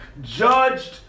judged